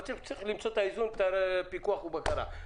אבל צריך למצוא את האיזון, פיקוח ובקרה.